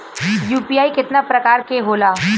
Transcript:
UPI केतना प्रकार के होला?